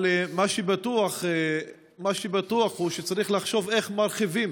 אבל מה שבטוח הוא שצריך לחשוב איך מרחיבים